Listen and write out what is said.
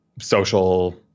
social